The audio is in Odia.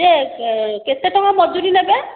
ଯେ କେ କେତେ ଟଙ୍କା ମଜୁରୀ ନେବେ